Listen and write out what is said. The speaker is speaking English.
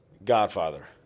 godfather